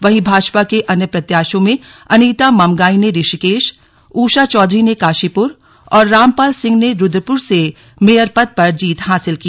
वहीं भाजपा के अन्य प्रत्याशियों में अनीता मंमगाई ने ऋषिकेश उषा चौधरी ने काशीपुर और रामपाल सिंह ने रूद्रप्रुर से मेयर पद पर जीत हासिल की